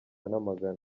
namagana